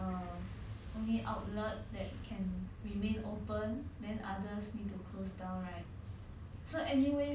like err I work at the fairprice lah cause that's the only err